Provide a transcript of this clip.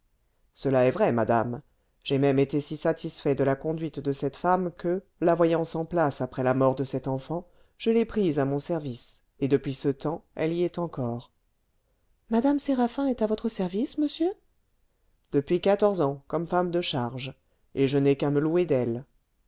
cela est vrai madame j'ai même été si satisfait de la conduite de cette femme que la voyant sans place après la mort de cette enfant je l'ai prise à mon service et depuis ce temps elle y est encore mme séraphin est à votre service monsieur depuis quatorze ans comme femme de charge et je n'ai qu'à me louer d'elle